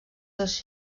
seus